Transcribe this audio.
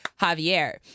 Javier